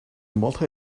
multi